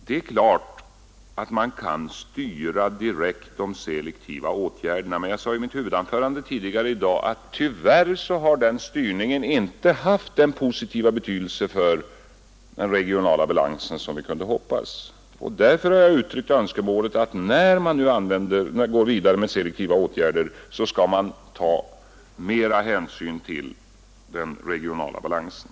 Det är klart att man direkt kan styra de selektiva åtgärderna, men jag sade i mitt huvudanförande tidigare i dag att den styrningen tyvärr inte har haft den positiva betydelse för den regionala balansen som vi hade kunnat hoppas på. Därför har jag uttryckt önskemålet att man, när man nu går vidare med selektiva åtgärder, skall ta mer hänsyn till den regionala balansen.